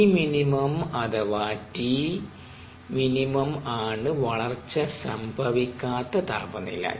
Tmin അഥവാ T minimum ആണ് വളർച്ച സംഭവിക്കാത്ത താപനില